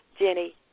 Jenny